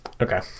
Okay